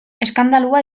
eskandalua